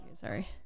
Sorry